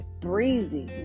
breezy